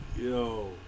Yo